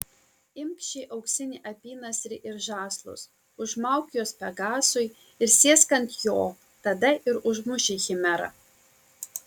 imk šį auksinį apynasrį ir žąslus užmauk juos pegasui ir sėsk ant jo tada ir užmuši chimerą